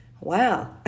Wow